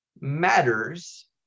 matters